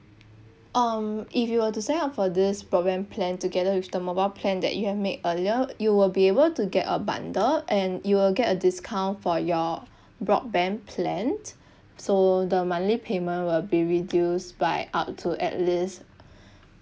um if you will to sign up for this broadband plan together with the mobile plan that you have made earlier you will be able to get a bundle and you will get a discount for your broadband plans so the monthly payment will be reduced by up to at least